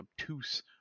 obtuse